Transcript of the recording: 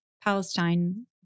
Palestine